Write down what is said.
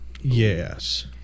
Yes